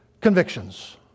convictions